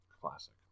classic